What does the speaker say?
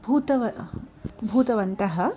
भूतव भूतवन्तः